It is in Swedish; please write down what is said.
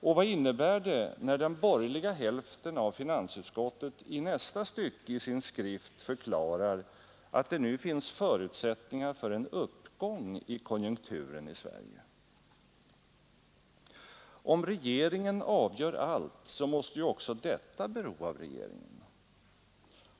Och vad innebär det när den borgerliga hälften av finansutskottet i nästa stycke i sin skrift förklarar att det nu finns förutsättningar för en uppgång i konjunkturen i Sverige? Om regeringen avgör allt måste ju detta också bero av regeringen.